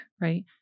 right